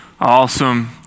Awesome